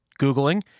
googling